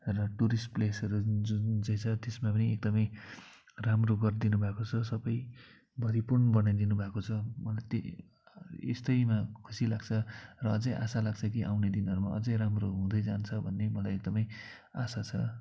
र टुरिस्ट प्लेसहरू जुन चाहिँ छ त्यसमा पनि एकदमै राम्रो गरिदिनु भएको छ सबै भरिपूर्ण बनाइदिनुभएको छ यस्तैमा खुसी लाग्छ र अझै आशा लाग्छ कि आउने दिनहरूमा अझै राम्रो हुँदै जान्छ भन्ने मलाई एकदमै आशा छ